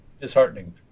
disheartening